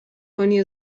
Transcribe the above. کنی